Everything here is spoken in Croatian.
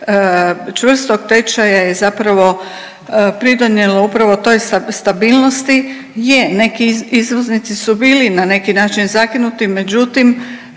čvrstog tečaja je zapravo pridonijelo upravo toj stabilnosti. Je, neki izvoznici su bili na neki način zakinuti, međutim